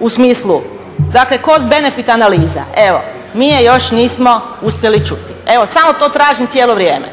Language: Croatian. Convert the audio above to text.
u smislu. Dakle, cost benefit analiza, evo mi je još nismo uspjeli čuti. Evo samo to tražim cijelo vrijeme.